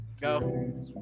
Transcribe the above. go